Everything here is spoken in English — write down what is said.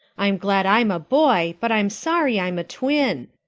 i'm glad i'm a boy but i'm sorry i'm a twin.